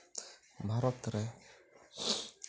ᱵᱷᱟᱨᱚᱛᱨᱮ